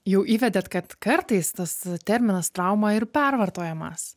jau įvedėt kad kartais tas terminas trauma ir pervartojamas